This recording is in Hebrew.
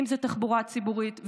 אם זה תחבורה ציבורית,